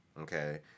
okay